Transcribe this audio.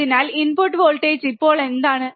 അതിനാൽ input voltage ഇപ്പോൾ എന്താണ്